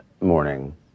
morning